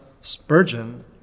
Spurgeon